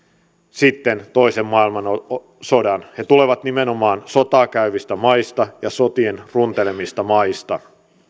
sitten toisen maailmansodan he tulevat nimenomaan sotaa käyvistä maista ja sotien runtelemista maista